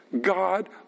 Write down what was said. God